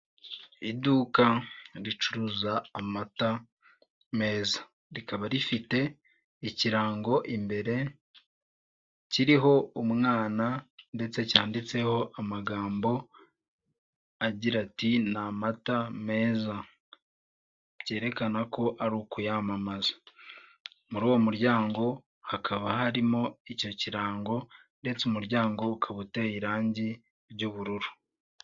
Iduka ricuruza amata meza, rikaba rifite ikirango imbere kiriho umwana ndetse cyanditseho amagambo agira ati ni amata meza byerekana ko ari ukuyamamaza, muri uwo muryango hakaba harimo icyo kirango ndetse umuryango ukaba uteye irangi ry'ubururu.